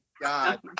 god